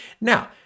Now